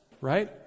right